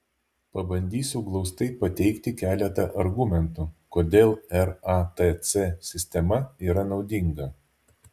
pabandysiu glaustai pateikti keletą argumentų kodėl ratc sistema yra naudinga